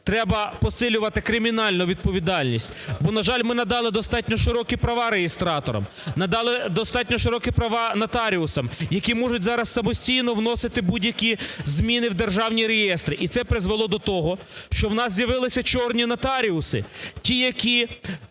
Треба посилювати кримінальну відповідальність. Бо, на жаль, ми надали достатньо широкі права реєстраторам, надали достатньо широкі права нотаріусам, які можуть зараз самостійно вносити будь-які зміни в державні реєстри. І це призвело до того, що у нас з'явились "чорні" нотаріуси, ті, які